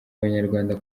abanyarwanda